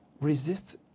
resist